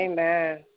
Amen